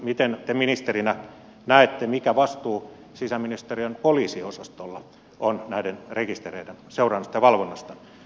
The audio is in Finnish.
miten te ministerinä näette mikä vastuu sisäministeriön poliisiosastolla on näiden rekistereiden seuraamisesta ja valvonnasta